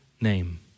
name